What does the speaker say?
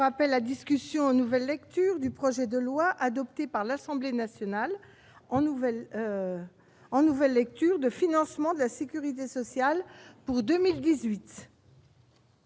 jour appelle la discussion, en nouvelle lecture, du projet de loi, adopté par l'Assemblée nationale en nouvelle lecture, de financement de la sécurité sociale pour 2018